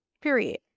Period